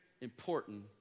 important